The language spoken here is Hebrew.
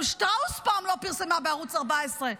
גם שטראוס פעם לא פרסמה בערוץ 14,